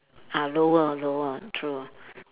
ah lower lower true